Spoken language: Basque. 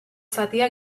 zatia